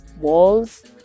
walls